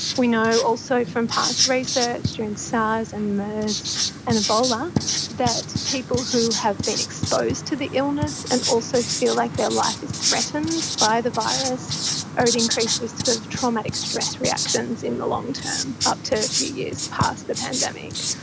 we know also from past research during the sars and mers and ebola that people who have been exposed to the illness and also feel like their life is threatened by the virus are at increased risk of traumatic stress reactions in the long term, up to a few years past the pandemic.